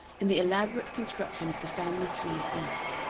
in the elaborate construction of the family tree of life.